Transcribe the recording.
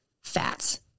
fats